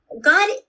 God